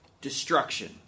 destruction